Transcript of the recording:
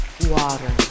water